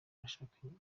bashakanye